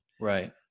right